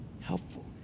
Helpful